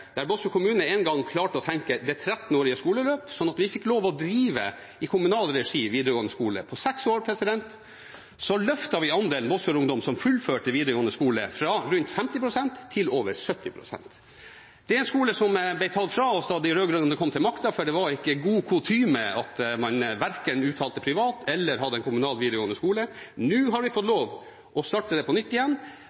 der Båtsfjord kommune en gang klarte å tenke det 13-årige skoleløp, slik at vi i kommunal regi fikk lov til å drive videregående skole. På seks år løftet vi andelen Båtsfjord-ungdom som fullførte videreførte skole, fra rundt 50 pst. til over 70 pst. Det er en skole som ble tatt fra oss da de rød-grønne kom til makta, for det var ikke god kutyme at man verken uttalte «privat» eller hadde en kommunal videregående skole. Nå har vi fått